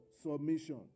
submission